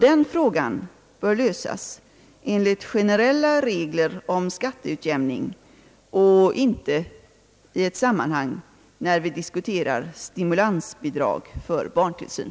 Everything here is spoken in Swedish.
Den frågan bör lösas enligt generella regler om skatteutjämning och inte i ett sammanhang där vi diskuterar stimulansbidrag för barntillsyn.